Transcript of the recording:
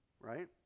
right